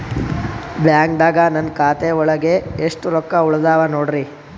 ಬ್ಯಾಂಕ್ದಾಗ ನನ್ ಖಾತೆ ಒಳಗೆ ಎಷ್ಟ್ ರೊಕ್ಕ ಉಳದಾವ ನೋಡ್ರಿ?